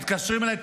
מתקשרים אליי,